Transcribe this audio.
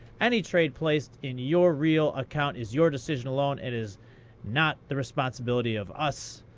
any trade placed in your real account is your decision alone. it is not the responsibility of us.